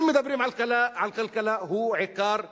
אם מדברים על כלכלה הוא עיקר העניים,